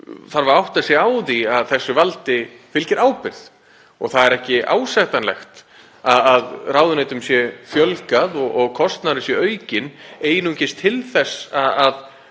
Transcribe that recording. þarf að átta sig á því að þessu valdi fylgir ábyrgð og það er ekki ásættanlegt að ráðuneytum sé fjölgað og kostnaðurinn sé aukinn einungis til þess að